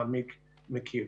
מעמיק ומקיף.